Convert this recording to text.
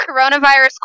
Coronavirus